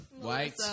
White